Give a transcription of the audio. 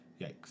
Yikes